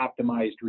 optimized